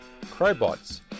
Crowbots